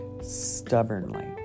stubbornly